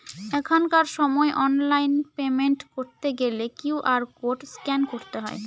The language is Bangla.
এখনকার সময় অনলাইন পেমেন্ট করতে গেলে কিউ.আর কোড স্ক্যান করতে হয়